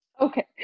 Okay